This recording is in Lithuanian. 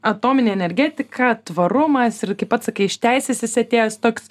atominė energetika tvarumas ir kai pats sakai iš teisės esi atėjęs toks